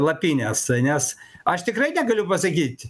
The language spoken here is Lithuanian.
lapines nes aš tikrai negaliu pasakyt